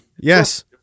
Yes